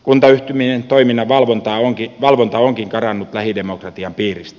kuntayhtymien toiminnan valvonta onkin karannut lähidemokratian piiristä